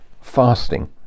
fasting